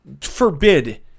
forbid